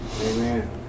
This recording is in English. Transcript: Amen